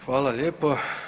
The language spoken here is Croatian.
Hvala lijepo.